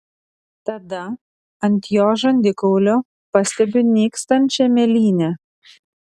tada ant jo žandikaulio pastebiu nykstančią mėlynę